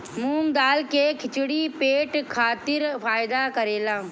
मूंग दाल के खिचड़ी पेट खातिर फायदा करेला